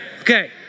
Okay